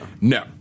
No